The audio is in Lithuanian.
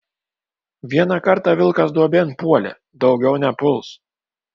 vieną kartą vilkas duobėn puolė daugiau nepuls